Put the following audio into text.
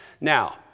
Now